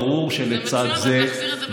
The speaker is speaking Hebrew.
ברור שלצד זה, אחלה, רק תחזירו את זה ביולי.